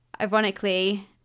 Ironically